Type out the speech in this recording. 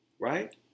right